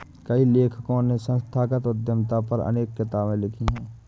कई लेखकों ने संस्थागत उद्यमिता पर अनेक किताबे लिखी है